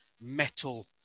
metal